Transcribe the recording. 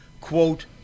quote